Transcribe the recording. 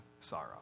sorrow